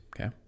okay